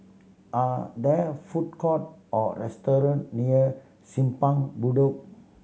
are there food court or restaurant near Simpang Bedok